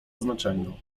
znaczeniu